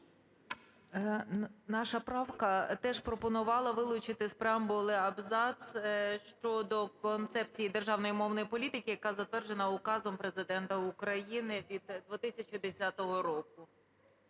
Наша правка теж пропонувала вилучити з преамбули абзац щодо Концепції державної мовної політики, яка затверджена Указом Президента України від 2010 року.